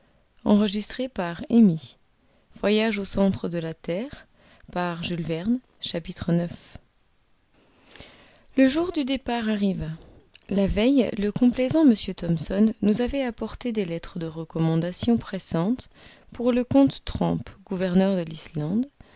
ix le jour du départ arriva la veille le complaisant m thomson nous avait apporté des lettres de recommandations pressantes pour le comte trampe gouverneur de l'islande